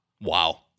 Wow